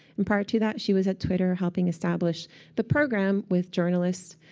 and prior to that, she was at twitter helping establish the program with journalists,